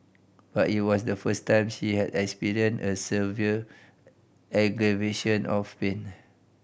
but it was the first time she had experienced a severe aggravation of pain